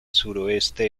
sureste